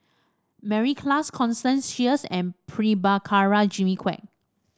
Mary Klass Constance Sheares and Prabhakara Jimmy Quek